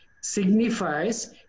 signifies